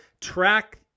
track